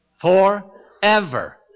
Forever